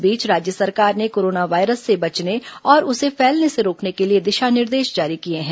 इस बीच राज्य सरकार ने कोरोना वायरस से बचने और उसे फैलने से रोकने के लिए दिशा निर्देश जारी किए हैं